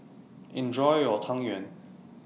Enjoy your Tang Yuen